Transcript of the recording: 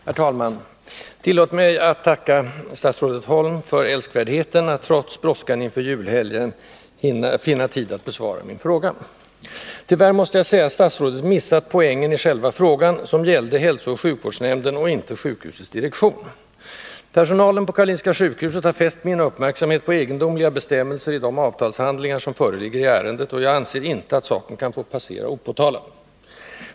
Herr talman! Tillåt mig att tacka statsrådet Holm för älskvärdheten att trots brådskan inför julhelgen finna tid att besvara min fråga. Tyvärr måste jag säga att statsrådet missat poängen i själva frågan, som gällde hälsooch sjukvårdsnämnden, inte sjukhusets direktion. Personalen på Karolinska sjukhuset har fäst min uppmärksamhet på egendomliga bestämmelser i de avtalshandlingar som föreligger i ärendet, och jag anser inte att saken kan få passera opåtalad.